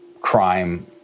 crime